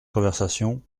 conversation